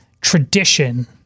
tradition